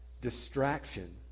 Distraction